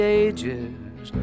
ages